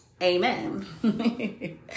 Amen